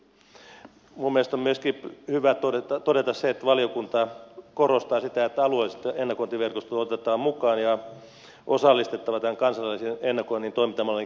minun mielestäni on myöskin hyvä todeta se että valiokunta korostaa sitä että alueellista ennakointiverkostoa otetaan mukaan ja osallistetaan tämän kansallisen ennakoinnin toimintamallin kehittämiseen